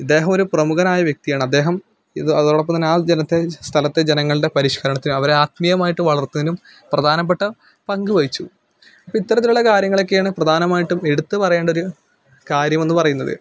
ഇദ്ദേഹമൊരു പ്രമുഖനായ വ്യക്തിയാണ് അദ്ദേഹം ഇത് അതോടൊപ്പം തന്നെ ആ ജനത്തെ സ്ഥലത്തെ ജനങ്ങളുടെ പരിഷ്കരണത്തിന് അവരെ ആത്മീയമായിട്ട് വളര്ത്തുന്നതിനും പ്രധാനപ്പെട്ട പങ്ക് വഹിച്ചു അപ്പോൾ ഇത്തരത്തിലുള്ള കാര്യങ്ങളെക്കെയാണ് പ്രധാനമായിട്ടും എടുത്ത് പറയേണ്ട ഒരു കാര്യമെന്ന് പറയുന്നത്